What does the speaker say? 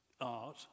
art